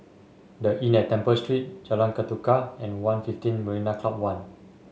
The Inn at Temple Street Jalan Ketuka and One Fifteen Marina Club One